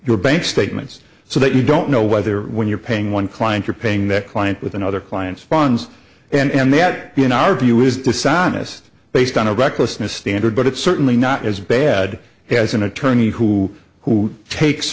your bank statements so that you don't know whether when you're paying one client paying that client with another client's funds and that in our view is dishonest based on a recklessness standard but it's certainly not as bad as an attorney who who takes